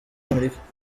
amerika